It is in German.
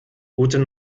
guten